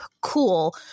cool